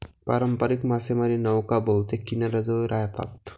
पारंपारिक मासेमारी नौका बहुतेक किनाऱ्याजवळ राहतात